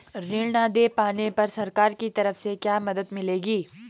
ऋण न दें पाने पर सरकार की तरफ से क्या मदद मिलेगी?